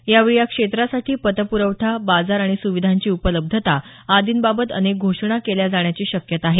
यावेळी या क्षेत्रासाठी पत प्रवठा बाजार आणि सुविधांची उपलब्धता आदींबाबत अनेक घोषणा केल्या जाण्याची शक्यता आहे